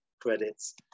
credits